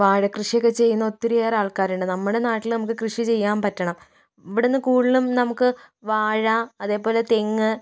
വാഴ കൃഷിയൊക്കെ ചെയ്യുന്ന ഒത്തിരിയേറെ ആൾക്കാരുണ്ട് നമ്മുടെ നാട്ടിൽ നമുക്ക് കൃഷി ചെയ്യാൻ പറ്റണം ഇവിടെ നിന്ന് കൂടുതലും നമുക്ക് വാഴ അതേപോലെ തെങ്ങ്